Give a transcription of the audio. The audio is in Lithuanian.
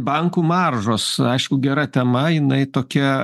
bankų maržos aišku gera tema jinai tokia